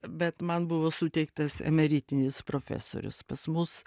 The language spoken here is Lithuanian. bet man buvo suteiktas emeritinis profesorius pas mus